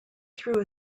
threw